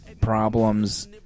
problems